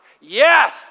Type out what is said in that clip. yes